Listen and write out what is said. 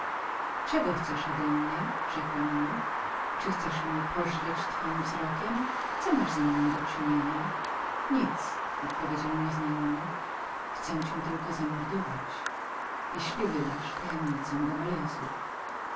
czego chcesz odemnie rzekłem mu czy chcesz mnie pożreć twoim wzrokiem co masz ze mną do czynienia nic odpowiedział nieznajomy chcę cię tylko zamordować jeżeli wydasz tajemnicę